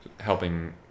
helping